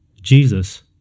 Jesus